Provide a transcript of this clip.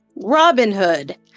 Robinhood